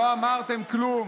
לא אמרתם כלום.